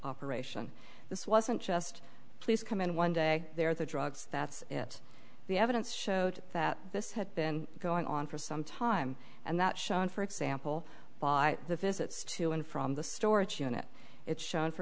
operation this wasn't just please come in one day there the drugs that's it the evidence showed that this had been going on for some time and that shown for example by the visits to and from the storage unit it's shown for